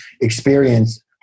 experience